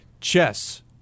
Chess